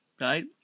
right